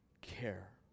care